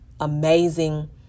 amazing